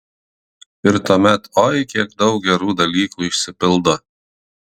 ir tuomet oi kiek daug gerų dalykų išsipildo